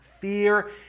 Fear